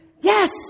Yes